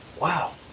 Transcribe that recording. Wow